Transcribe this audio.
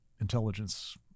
intelligence